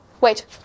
Wait